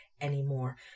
anymore